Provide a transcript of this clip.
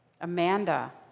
Amanda